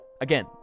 Again